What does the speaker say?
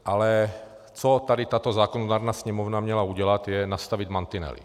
Ale co tady tato zákonodárná Sněmovna měla udělat, je, nastavit mantinely.